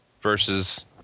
versus